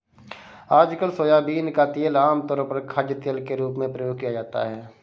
आजकल सोयाबीन का तेल आमतौर पर खाद्यतेल के रूप में प्रयोग किया जाता है